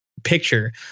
picture